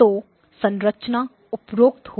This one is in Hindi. तो संरचना उपरोक्त होगी